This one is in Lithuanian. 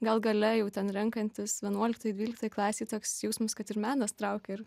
gal gale jau ten renkantis vienuoliktoj dvyliktoj klasėje toks jausmas kad ir menas traukia ir